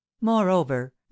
Moreover